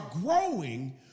growing